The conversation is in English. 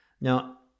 Now